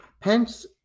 Pence